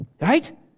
Right